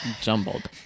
Jumbled